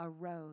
arose